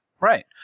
Right